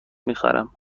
میخرم